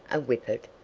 a whippet,